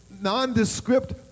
nondescript